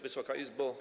Wysoka Izbo!